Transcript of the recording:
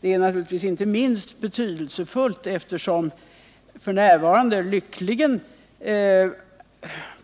Detta är naturligtvis inte minst betydelsefullt, eftersom lyckligtvis